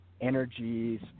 energies